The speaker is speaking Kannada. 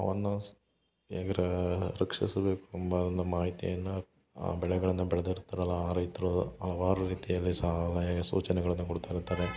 ಅವನ್ನು ಸ್ ಹೇಗೆ ರಕ್ಷಿಸಬೇಕು ಎಂಬ ಒಂದು ಮಾಹಿತಿಯನ್ನ ಆ ಬೆಳೆಗಳನ್ನ ಬೆಳ್ದಿರ್ತ್ರಲ್ಲ ಆ ರೈತರು ಹಲವಾರು ರೀತಿಯಲ್ಲಿ ಸಲಹೆ ಸೂಚನೆಗಳನ್ನ ಕೊಡ್ತಾಯಿರ್ತಾರೆ